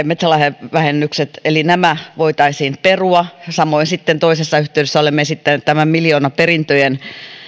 metsälahjavähennykset eli nämä voitaisiin perua samoin sitten toisessa yhteydessä olemme esittäneet miljoonaperintöjen